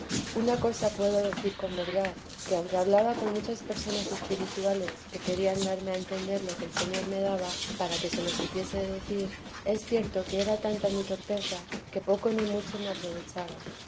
una cosa puedo decir con verdad que aunque hablaba con muchas personas espirituales que querían darme a entender lo que el señor me daba para que se lo supiese decir es cierto que era tanta mi torpeza que poco ni mucho me aprovechaba